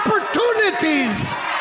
opportunities